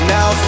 Now